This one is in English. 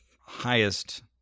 highest